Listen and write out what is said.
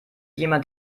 jemand